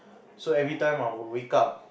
so every time I will wake up